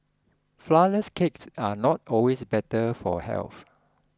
Flourless Cakes are not always better for health